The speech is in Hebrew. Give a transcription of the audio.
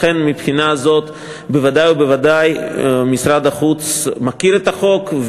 לכן מבחינה זו בוודאי ובוודאי משרד החוץ מכיר את החוק,